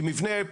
כי מבנה,